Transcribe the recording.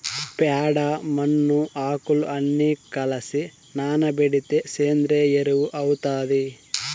ప్యాడ, మన్ను, ఆకులు అన్ని కలసి నానబెడితే సేంద్రియ ఎరువు అవుతాది